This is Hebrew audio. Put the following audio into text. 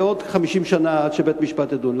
יעברו 50 שנה עד שבית-המשפט ידון.